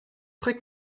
très